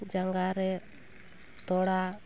ᱡᱟᱸᱜᱟᱨᱮ ᱛᱚᱲᱟ